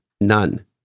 None